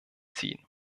ziehen